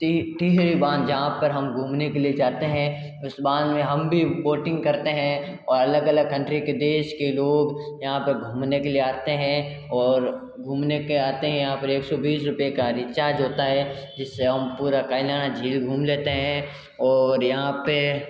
तिहरी बांध जहाँ पर हम घूमने के लिए जाते हैं उस बांध में हम भी बोटिंग करते हैं अलग अलग कन्ट्री के देश के लोग यहाँ पर घूमने के लिए आते हैं और घूमने के आते हैं यहाँ पर एक सौ बीस रुपए का रिचार्ज होता है जिस्से हम पूरा कायलाना झील घूम लेते है और यहाँ पे